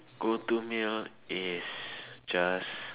go to meal is just